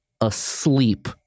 asleep